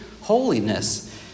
holiness